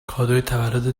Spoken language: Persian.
تولدت